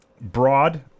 broad